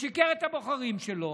ושיקר את הבוחרים לו,